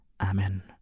Amen